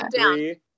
Three